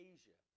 Asia